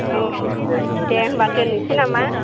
औ दे होमब्ला दोननोसै नामा